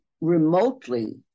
remotely